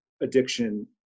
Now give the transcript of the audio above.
addiction